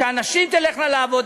שהנשים תלכנה לעבוד.